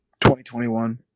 2021